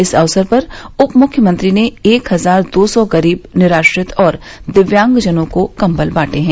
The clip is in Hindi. इस अवसर पर उपमुख्यमंत्री ने एक हजार दो सौ गरीब निराश्रित और दिव्यांगजनों को कम्बल बांटे हैं